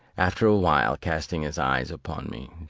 after a while, casting his eyes upon me,